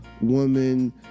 woman